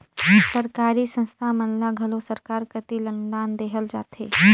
सरकारी संस्था मन ल घलो सरकार कती ले अनुदान देहल जाथे